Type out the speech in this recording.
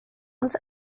uns